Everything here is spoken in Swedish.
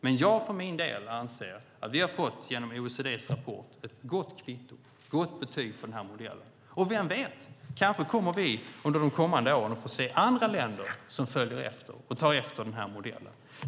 Men jag för min del anser att vi genom OECD:s rapport har fått ett gott betyg för den här modellen. Vem vet, kanske kommer vi under de kommande åren att få se andra länder som tar efter den modellen.